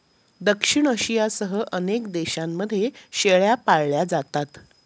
दक्षिण आशियासह अनेक देशांमध्ये शेळ्या पाळल्या जातात